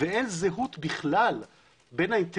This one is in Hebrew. מצד